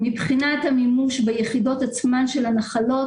מבחינת המימון ביחידות עצמן של הנחלות,